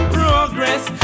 progress